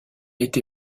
été